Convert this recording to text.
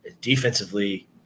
defensively